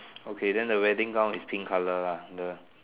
okay then the wedding gown is pink colour lah the